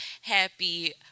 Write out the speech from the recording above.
happy